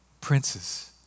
princes